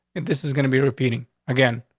and this is gonna be repeating again.